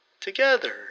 Together